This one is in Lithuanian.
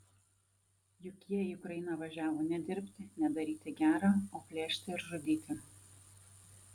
juk jie į ukrainą važiavo ne dirbti ne daryti gera o plėšti ir žudyti